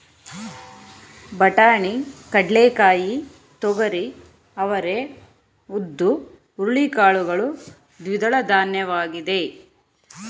ಬಟಾಣಿ, ಕಡ್ಲೆಕಾಯಿ, ತೊಗರಿ, ಅವರೇ, ಉದ್ದು, ಹುರುಳಿ ಕಾಳುಗಳು ದ್ವಿದಳಧಾನ್ಯವಾಗಿದೆ